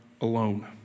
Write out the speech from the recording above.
alone